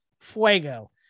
fuego